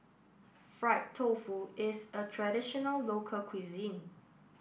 Fried Tofu is a traditional local cuisine